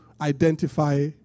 identify